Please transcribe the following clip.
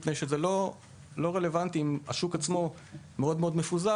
מפני שלא רלוונטי לבדוק את סך כלי הרכב בשוק שהוא מאוד מפוזר,